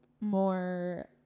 more